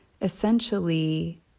essentially